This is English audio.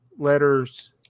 Letters